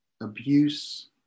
abuse